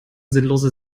sinnlose